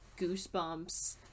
goosebumps